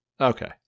Okay